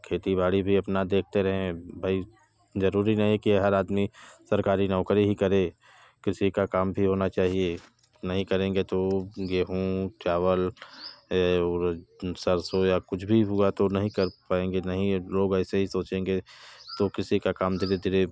खेती बाड़ी भी अपना देखते रहें भाई ज़रूरी नहीं कि कि हर आदमी सरकारी नौकरी ही करे कृषि का काम भी होना चाहिए नहीं करेंगे तो गेहूं चावल ये उर सरसों या कुछ भी हुआ तो नहीं कर पाएंगे नहीं ये लोग ऐसे ही सोचेंगे तो कृषि का काम धीरे धीरे